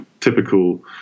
typical